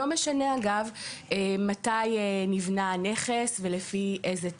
אגב, לא משנה מתי נבנה הנכס ולפי איזה תקן.